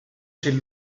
sin